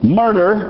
murder